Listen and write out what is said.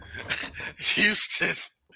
Houston